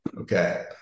okay